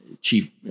chief